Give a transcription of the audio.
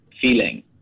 feeling